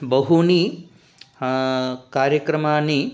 बहूनि कार्यक्रमाणि